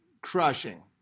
crushing